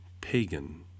pagan